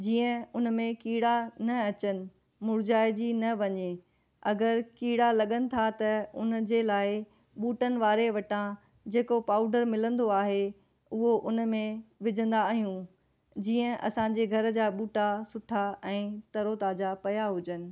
जीअं उन में कीड़ा न अचनि मुरझाइजी न वञे अगरि कीड़ा लॻनि था त उन जे लाइ ॿूटन वारे वटां जेको पाउडर मिलंदो आहे उहो उन में विझंदा आहियूं जीअं असांजे घर जा ॿूटा सुठा ऐं तरो ताजा पिया हुजनि